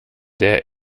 der